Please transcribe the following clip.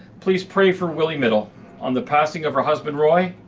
please pray for willy middel on the passing of her husband roy.